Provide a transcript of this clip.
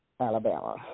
Alabama